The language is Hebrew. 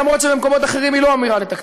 למרות שבמקומות אחרים היא לא אמורה לתקצב.